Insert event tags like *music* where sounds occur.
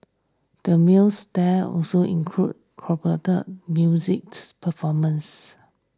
the meals there also include *unintelligible* music performances